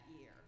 year